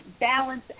balance